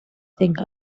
think